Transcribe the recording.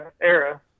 era